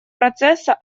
процесса